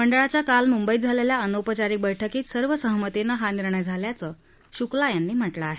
मंडळाच्या काल मुंबईत झालेल्या अनौपचारिक बरुक्कीत सर्वसहमतीनं हा निर्णय झाल्याचं शुक्ला यांनी म्हटलं आहे